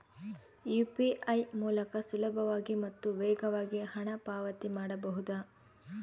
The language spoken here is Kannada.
ಯು.ಪಿ.ಐ ಮೂಲಕ ಸುಲಭವಾಗಿ ಮತ್ತು ವೇಗವಾಗಿ ಹಣ ಪಾವತಿ ಮಾಡಬಹುದಾ?